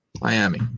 Miami